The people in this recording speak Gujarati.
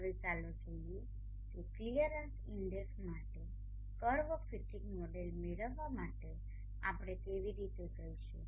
હવે ચાલો જોઈએ કે ક્લિયરન્સ ઇન્ડેક્સ માટે કર્વ ફીટિંગ મોડેલ મેળવવા માટે આપણે કેવી રીતે જઈશું